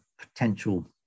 potential